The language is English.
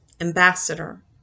ambassador